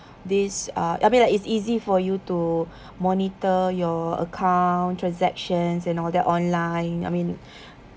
this uh I mean like like it's easy for you to monitor your account transactions and all that online I mean